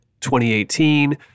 2018